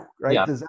right